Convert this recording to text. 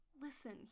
listen